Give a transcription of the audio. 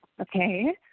Okay